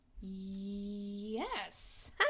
Yes